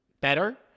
better